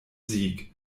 sieg